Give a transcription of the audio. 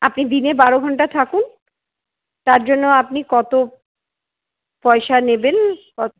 আপনি দিনে বারো ঘন্টা থাকুন তার জন্য আপনি কত পয়সা নেবেন কত